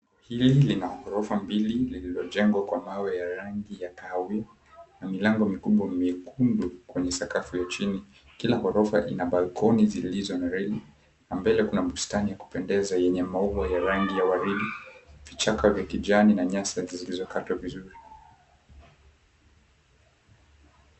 Hili lina ghorofa mbili lililojengwa kwa mawe ya rangi ya kahawia na milango mikubwa myekundu kwenye sakafu ya chini. Kila gorofa ina balkoni zilizo na reli, na mbele kuna bustani ya kupendeza yenye maua ya rangi ya waridi, vichaka vya kijani na nyasi zilizokatwa vizuri.